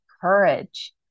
courage